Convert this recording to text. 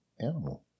animal